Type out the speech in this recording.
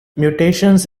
mutations